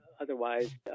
otherwise